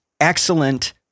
excellent